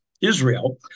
Israel